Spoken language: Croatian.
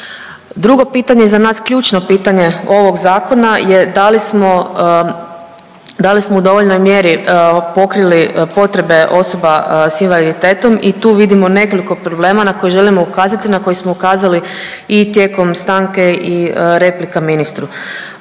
Drugo pitanje i za nas ključno pitanje ovog zakona je da li smo, da li smo u dovoljnoj mjeri pokrili potrebe osoba s invaliditetom i tu vidimo nekoliko problema na koje želimo ukazati, na koje smo ukazali i tijekom stanke i replika ministru.